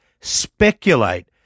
speculate